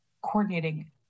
coordinating